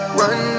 run